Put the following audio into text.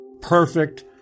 Perfect